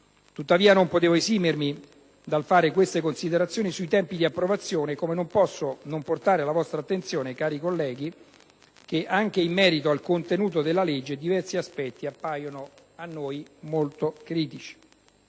Tuttavia, non potevo esimermi dal fare queste considerazioni sui tempi di approvazione, come non posso non portare alla vostra attenzione, cari colleghi, che anche in merito al contenuto della legge diversi aspetti appaiono a noi molto critici: